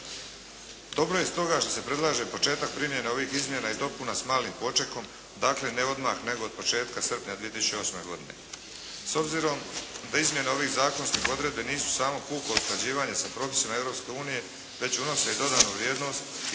Dobro je stoga što se predlaže početak primjene ovih izmjena i dopuna s malim počekom, dakle ne odmah, nego od početka srpnja 2008. godine. S obzirom da izmjene ovih zakonskih odredbi nisu samo puko usklađivanje sa propisima Europske unije, već unose i dodanu vrijednost